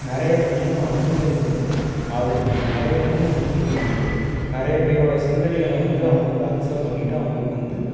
நிறைய வணிக வங்கிகள் வந்து ஆதரிக்கணும் நிறைய வணிக வங்கிகள் வந்து நிறையப் பேரோடய சிந்தனைகளை வந்து அவங்க வந்து அக்சப்ட் பண்ணிகிட்டு அவங்களுக்கு வந்து